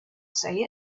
say